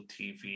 TV